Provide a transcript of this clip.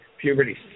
Puberty